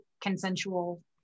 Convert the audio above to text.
consensual